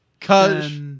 Cause